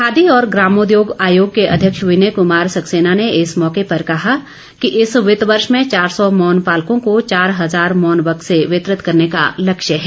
खादी और ग्रामोद्योग आयोग के अध्यक्ष विनय कमार सक्सेना ने इस मौके पर कहा कि इस वित्त वर्ष में चार सौ मौन पालकों को चार हज़ार मौन बक्से वितरित करने का लक्ष्य है